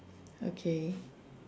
okay